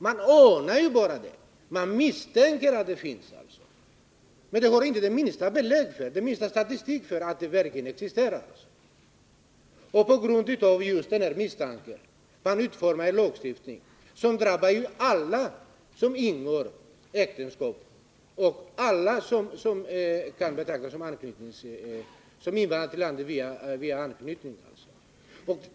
Man bara anar och misstänker att de finns, men man har inte den minsta statistik över att de verkligen existerar. För att få till stånd en minskning av detta fenomen utformar man en lag som drabbar alla som ingår äktenskap och alla som invandrar till landet via anknytning.